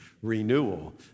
Renewal